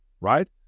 right